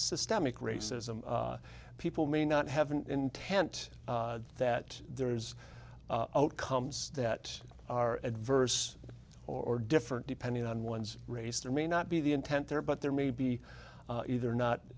systemic racism people may not have an intent that there's outcomes that are adverse or different depending on one's race there may not be the intent there but there may be either not